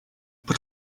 but